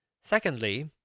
Secondly